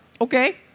Okay